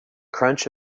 crunch